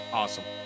awesome